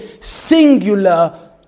singular